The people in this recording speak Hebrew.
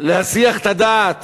להסיח את הדעת